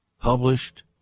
published